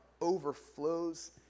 overflows